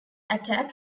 attack